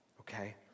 okay